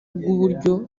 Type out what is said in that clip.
bw’uburyo